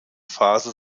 phase